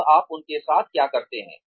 अब आप उनके साथ क्या करते हैं